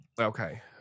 okay